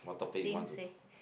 sensei